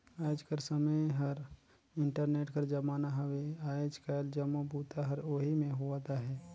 आएज कर समें हर इंटरनेट कर जमाना हवे आएज काएल जम्मो बूता हर ओही में होवत अहे